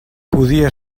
podia